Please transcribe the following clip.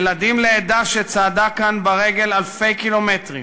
ילדים לעדה שצעדה לכאן ברגל אלפי קילומטרים